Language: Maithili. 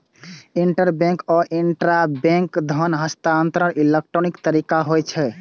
इंटरबैंक आ इंटराबैंक धन हस्तांतरण इलेक्ट्रॉनिक तरीका होइ छै